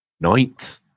ninth